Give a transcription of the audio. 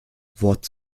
wort